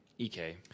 EK